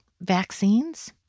vaccines